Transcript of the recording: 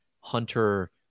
Hunter